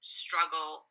struggle